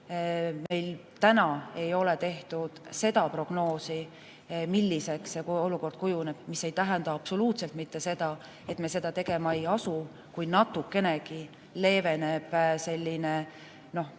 meil ei ole tehtud prognoosi, milliseks olukord kujuneb, aga see ei tähenda absoluutselt seda, et me seda tegema ei asu, kui natukenegi leeveneb selline, noh,